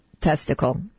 testicle